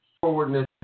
forwardness